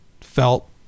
felt